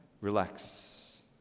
Relax